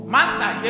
Master